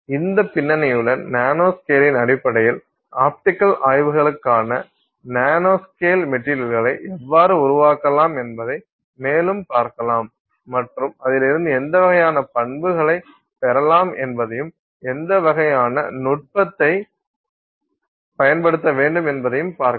இந்த பின்னணியுடன் நானோ ஸ்கேலின் அடிப்படையில் ஆப்டிக்கல் ஆய்வுகளுக்கான நானோ ஸ்கேல் மெட்டீரியல்களை எவ்வாறு உருவாக்கலாம் என்பதை மேலும் பார்க்கலாம் மற்றும் அதிலிருந்து எந்த வகையான பண்புகளைப் பெறலாம் என்பதையும் எந்த வகையான நுட்பத்தைப் பயன்படுத்த வேண்டும் என்பதையும் பார்க்கலாம்